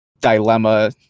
Dilemma